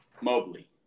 Mobley